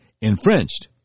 infringed